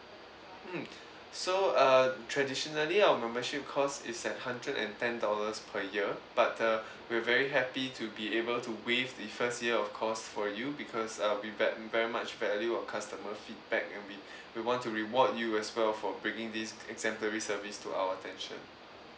mm so err traditionally our membership cost is at hundred and ten dollars per year but uh we're very happy to be able to waive the first year of cost for you because uh we ve~ we very much value our customer feedback and we we want to reward you as well for bringing this exemplary service to our attention